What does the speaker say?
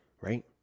right